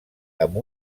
amb